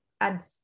adds